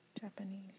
Japanese